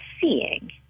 seeing